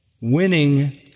winning